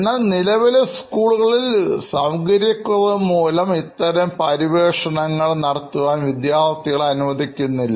എന്നാൽ നിലവിലെ സ്കൂളുകളിൽ സൌകര്യ കുറവുമൂലം ഇത്തരം പര്യവേഷണങ്ങൾ നടത്തുവാൻ വിദ്യാർഥികളെ അനുവദിക്കുന്നില്ല